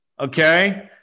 okay